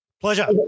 pleasure